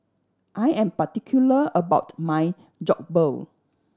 I am particular about my Jokbal